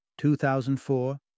2004